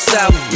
South